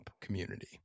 community